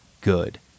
good